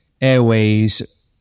Airways